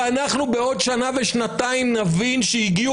ואנחנו בעוד שנה ושנתיים נבין שהגיעו